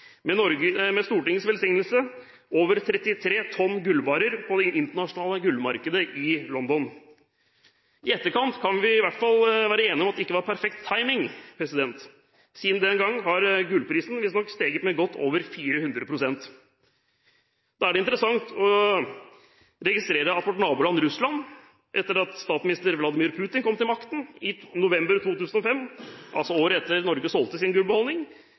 med Stortingets velsignelse, over 33 tonn gullbarrer på det internasjonale gullmarkedet i London. I etterkant kan vi i hvert fall være enige om at det ikke var perfekt timing. Siden den gang har gullprisen visstnok steget med godt over 400 pst. Da er det interessant å registrere at vårt naboland Russland, etter at president Vladimir Putin kom til makten, i november 2005, altså året etter at Norge solgte sin gullbeholdning,